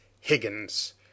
higgins